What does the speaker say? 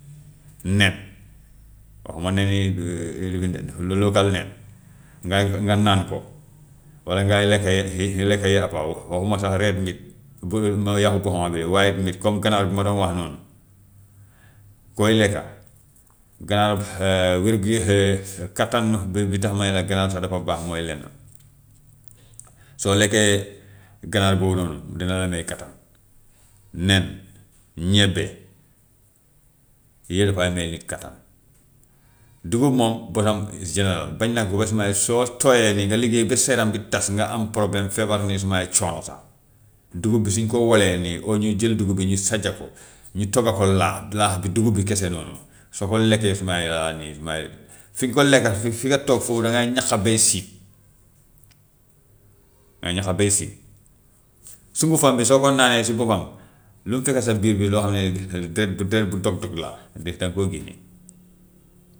Nen waxuma nen yi lo- local nen, ngay nga naan ko, walla ngay lekk lekk yàpp, waxuma sax red meat bu yàpp bu xonk bi rek white meat comme ganaar bu ma doon wax noonu koy lekka, ganaar wér-gu- kattan bi bi tax ma ne la ganaar sax dafa baax mooy lenn, soo lekkee ganaar boobu noonu dina la may kattan, nen, ñebbe yooyu dafay may nit kattan. Dugub moom bosam general, bañ na ko ba su may soo tooyee nii nga liggéey ba sa yaram bi tas nga am problème feebar nii sax dugub bi su ñu ko walee nii or ñu jël dugub bi ñu sajja ko, ñu togga ko laax, laax bi dugub bi kese noonu soo ko lekkee sumay nii sumay fi nga ko lekka fi fi nga toog foofu dangay ñaqa bay siit dangay ñaqa bay siit, sungufam bi soo ko naanee si boppam lu mu fekk sa biir bi loo xam ne de du de du dog-dog la de danga koy génne.